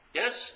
yes